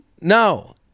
No